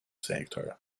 sector